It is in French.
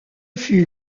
fut